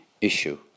issue